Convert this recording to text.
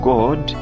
God